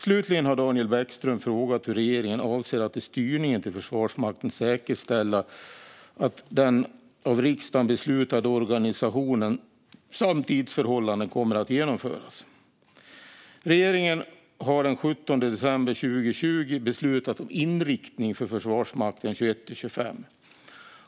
Slutligen har Daniel Bäckström frågat hur regeringen avser att i styrningen av Försvarsmakten säkerställa att den av riksdagen beslutade organisationen samt tidsförhållandena kommer att genomföras. Regeringen har den 17 december 2020 beslutat om inriktning för Försvarsmakten 2021-2025.